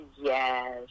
yes